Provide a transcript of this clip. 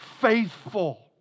faithful